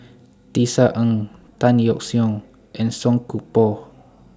Tisa Ng Tan Yeok Seong and Song Koon Poh